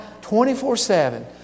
24-7